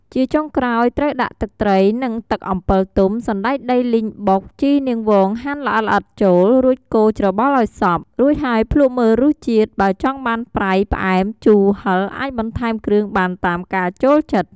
ជាចុងក្រោយ ត្រូវដាក់ ទឹកត្រី និង ទឹកអំពិលទុំ សណ្ដែកដីលីងបុក ជីនាងវងហាន់ល្អិតៗចូល រួចកូរច្របល់ឱ្យសព្វ រូចហើយភ្លក្សមើលរសជាតិ បើចង់បានប្រៃ ផ្អែម ជូរ ហឹរ អាចបន្ថែមគ្រឿងបានតាមការចូលចិត្ត។